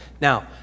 Now